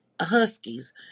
huskies